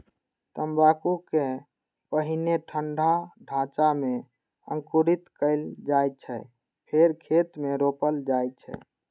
तंबाकू कें पहिने ठंढा ढांचा मे अंकुरित कैल जाइ छै, फेर खेत मे रोपल जाइ छै